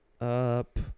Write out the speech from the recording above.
up